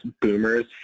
boomers